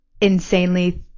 insanely